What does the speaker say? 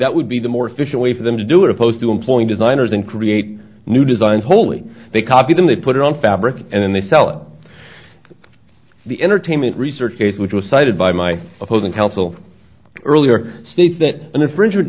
that would be the more efficient way for them to do it opposed to employing designers and create new designs wholly they copy them they put it on fabric and then they sell the entertainment research case which was cited by my opposing counsel earlier states that an infringe